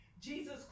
Jesus